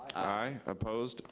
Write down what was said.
aye. opposed?